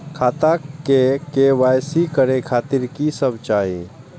खाता के के.वाई.सी करे खातिर की सब चाही?